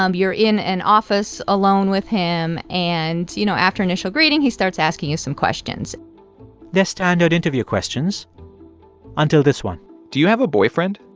um you're in an office alone with him. and, you know, after initial greeting, he starts asking you some questions they're standard interview questions until this one do you have a boyfriend?